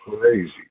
crazy